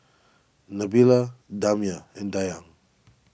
Nabila Damia and Dayang